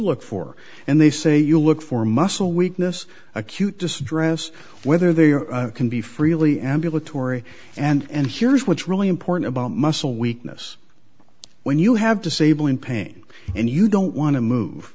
look for and they say you look for muscle weakness acute distress whether they can be freely ambulatory and here's what's really important about muscle weakness when you have disabling pain and you don't want to move